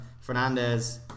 Fernandez